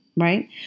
Right